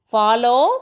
follow